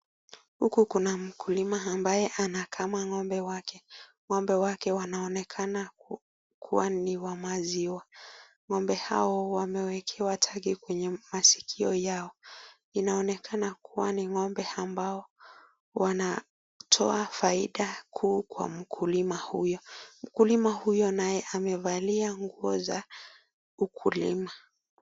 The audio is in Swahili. Huku Kuna mkulima ambaye anakama ngombe wake ngombe wake wanaonekana ni wa maziwa ngombe hao wamewekewa taki mwenye maskio Yao inaonekana kuwa ngombe hao wanatoa faida kwa mkulima huyo, mkulima naye amevalia nguo ya ukulima.